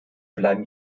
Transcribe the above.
bleiben